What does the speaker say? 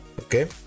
Okay